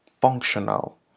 functional